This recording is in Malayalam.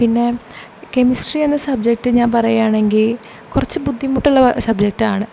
പിന്നെ കെമിസ്ട്രി എന്ന സബ്ജക്ട് ഞാൻ പറയുകയാണെങ്കിൽ കുറച്ചു ബുദ്ധിമുട്ടുള്ള സബ്ജക്റ്റാണ്